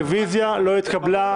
הרוויזיה לא התקבלה.